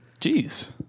Jeez